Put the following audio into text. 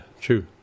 True